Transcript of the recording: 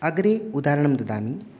अग्रे उदाहरणं ददामि